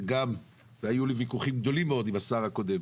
והיו לי ויכוחים גדולים עם השר הקודם